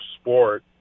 sport